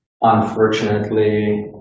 unfortunately